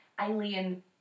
Alien